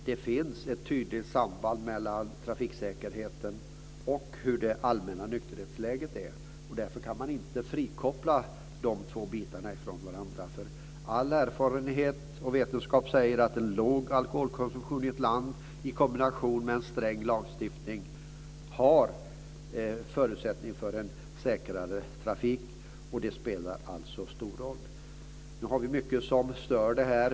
Det finns ett tydligt samband mellan trafiksäkerheten och hur det allmänna nykterhetsläget är, och därför kan man inte frikoppla de två bitarna från varandra. All erfarenhet och vetenskap säger att en låg alkoholkonsumtion i ett land i kombination med en sträng lagstiftning ger förutsättningar för en säkrare trafik. Det spelar alltså stor roll. Nu har vi mycket som stör det här.